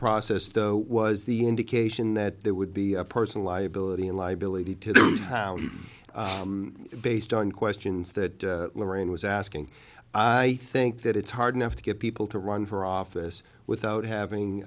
process though was the indication that there would be personal liability and liability today based on questions that lorraine was asking i think that it's hard enough to get people to run for office without having